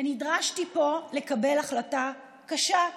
נדרשתי פה לקבל החלטה קשה: